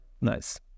nice